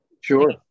sure